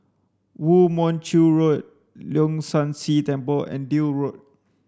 Woo Mon Chew Road Leong San See Temple and Deal Road